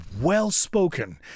well-spoken